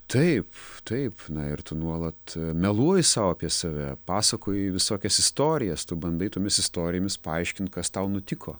taip taip na ir tu nuolat meluoji sau apie save pasakoji visokias istorijas tu bandai tomis istorijomis paaiškint kas tau nutiko